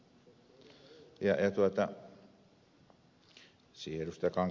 siihen ed